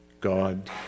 God